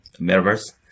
metaverse